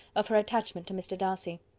of her attachment to mr. darcy.